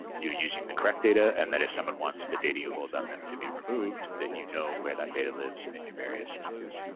you're using the correct data and that if someone wants the data you hold on them to be removed, that you know where that data lives in your various systems.